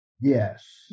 Yes